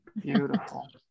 beautiful